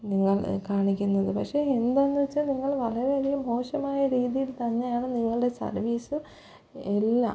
നിങ്ങൾ കാണിക്കുന്നത് പക്ഷെ എന്താണെന്നു വെച്ചാൽ നിങ്ങൾ വളരെയധികം മോശമായ രീതിയിൽ തന്നെയാണ് നിങ്ങളുടെ സർവീസ് എല്ലാം